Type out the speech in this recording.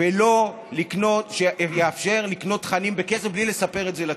ולא שיתאפשר לקנות תכנים בכסף בלי לספר את זה לציבור.